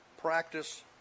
practice